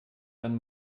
wenn